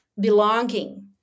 belonging